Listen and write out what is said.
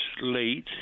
late